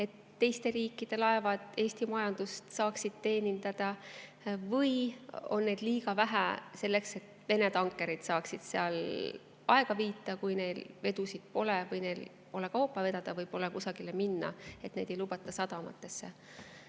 et teiste riikide laevad Eesti majandust saaksid teenindada, või on neid liiga vähe selleks, et Vene tankerid [ei] saaks seal aega viita, kui neil vedusid pole, pole kaupa vedada või pole kusagile minna ja neid ei lubata sadamatesse.